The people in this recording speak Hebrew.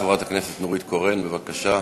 חברת הכנסת נורית קורן, בבקשה.